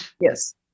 yes